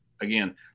again